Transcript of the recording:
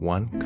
One